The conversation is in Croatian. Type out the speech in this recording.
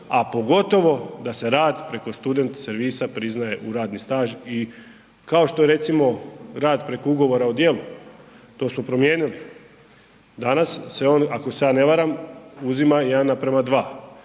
a pogotovo da se rad preko student servisa priznaje u radni staž i kao što je recimo rad preko Ugovora o djelu, to smo promijenili, danas se on, ako se ja ne varam, uzima 1:2, 12 mjeseci